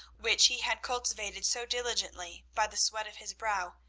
which he had cultivated so diligently by the sweat of his brow,